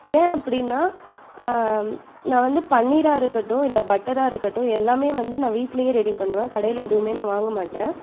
ஏன் அப்படினா நான் வந்து பன்னீராக இருக்கட்டும் இல்ல பட்டராக இருக்கட்டும் எல்லாம் வந்து நான் வீட்லேயே ரெடி பண்ணுவேன் கடையில் நான் எதுவும் வாங்க மாட்டேன்